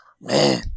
Man